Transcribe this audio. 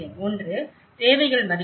ஒன்று தேவைகள் மதிப்பீடு